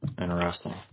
interesting